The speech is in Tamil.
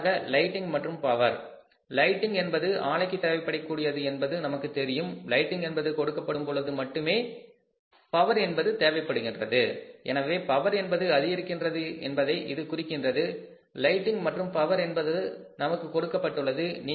அடுத்ததாக லைட்டிங் மற்றும் பவர் லைட்டிங் என்பது ஆலைக்கு தேவைப்படக் கூடியது என்பது நமக்குத் தெரியும் லைட்டிங் என்பது கொடுக்கப்படும் பொழுது மட்டுமே பவர் என்பது தேவைப்படுகின்றது எனவே பவர் என்பது அதிகரிக்கின்றது என்பதை இது குறிக்கின்றது லைட்டிங் மற்றும் பவர் என்பது நமக்கு கொடுக்கப்பட்டுள்ளது